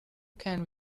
can